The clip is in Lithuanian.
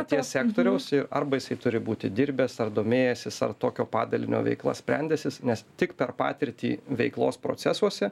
paties sektoriaus jo arba jisai turi būti dirbęs ar domėjęsis ar tokio padalinio veiklą sprendęsis nes tik per patirtį veiklos procesuose